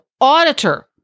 auditor